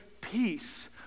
peace